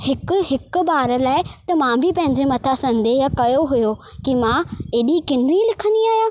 हिकु हिकु बार लाइ त मां बि पंहिंजे मथां संदेह कयो हुयो की मां एॾी किनी लिखंदी आहियां